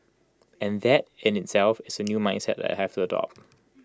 and that in itself is A new mindset that I have to adopt